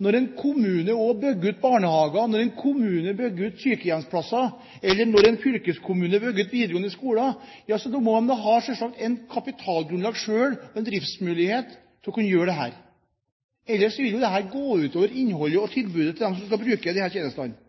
Når en kommune bygger ut barnehager og sykehjemsplasser, eller når en fylkeskommune bygger ut videregående skoler, må de selvsagt ha et kapitalgrunnlag selv og ha mulighet til å drifte dette – ellers vil det jo gå ut over innholdet i tilbudet til dem som skal bruke disse tjenestene.